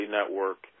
Network